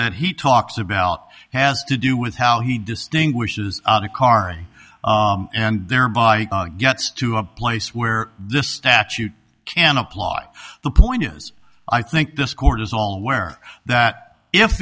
that he talks about has to do with how he distinguishes cari and thereby gets to a place where the statute can apply the point is i think this court is all aware that if